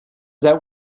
that